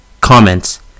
Comments